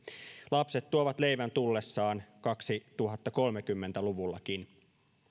lapset tuovat leivän tullessaan kaksituhattakolmekymmentä luvullakin